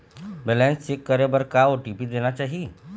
Balance check करे बर का ओ.टी.पी देना चाही?